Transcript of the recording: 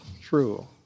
true